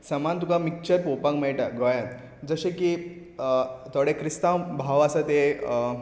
समान तुका मिच्चर पोवपाक मेळटा गोंयान जशें की थोडे क्रिस्तांव भाव आसा ते